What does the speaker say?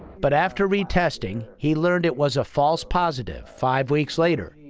but after retesting, he learned it was a false positive five weeks later.